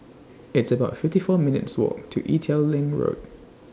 It's about fifty four minutes' Walk to Ee Teow Leng Road